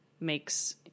makes